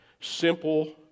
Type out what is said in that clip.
simple